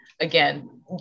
again